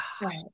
Right